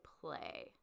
play